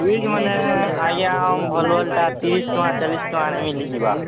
ସୁଇଚ୍ମାନେ ଆଜ୍ଞା ଭଲ୍ ଭଲ୍ଟା ତିରିଶ୍ ଟଙ୍କା ଚାଳିଶ୍ ଟଙ୍କାରେ ମିଲିଯିବା